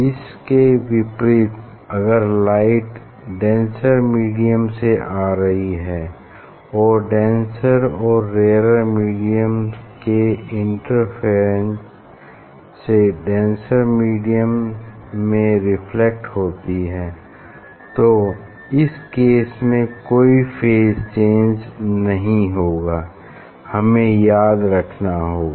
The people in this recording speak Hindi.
इसके विपरीत अगर लाइट डेंसर मीडियम से आ रही है और डेंसर और रेअरर मीडियम के इंटरफ़ेस से डेंसर मीडियम में रिफ्लेक्ट होती है तो इस केस में कोई फेज चेंज नहीं होगा हमें याद रखना होगा